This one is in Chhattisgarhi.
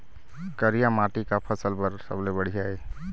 करिया माटी का फसल बर सबले बढ़िया ये?